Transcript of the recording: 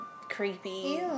creepy